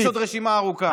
ויש עוד רשימה ארוכה.